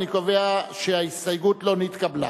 אני קובע שההסתייגות לא נתקבלה.